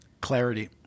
clarity